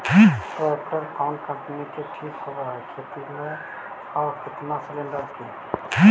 Tractor कोन company के ठीक होब है खेती ल औ केतना सलेणडर के?